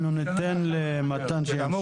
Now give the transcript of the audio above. אנחנו ניתן למתן שימשיך.